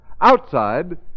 Outside